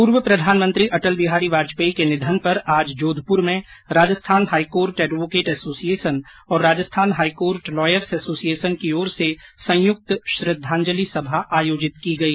पूर्व प्रधानमंत्री अटल बिहारी वाजपेयी के निधन पर आज जोधपुर में राजस्थान हाईकोर्ट एडवोकेंट एसोसिएशन और राजस्थान हाईकोर्ट लॉयर्स एसोसिएशन की ओर से संयुक्त श्रद्धांजलि सभा आयोजित की गई